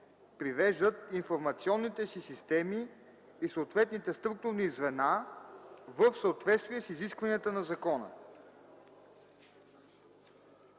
привеждат информационните си системи и съответните структурни звена в съответствие с изискванията на закона.”